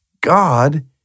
God